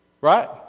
Right